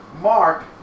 Mark